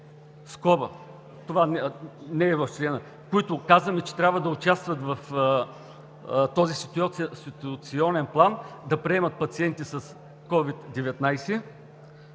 – това не е в члена, които казваме, че трябва да участват в този ситуационен план – да приемат пациенти с COVID-19,